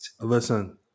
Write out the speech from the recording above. Listen